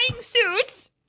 suits